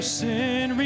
sin